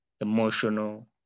emotional